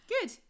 good